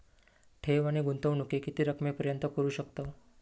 ठेव आणि गुंतवणूकी किती रकमेपर्यंत करू शकतव?